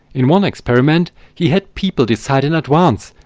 in one experiment he had people decide in advance,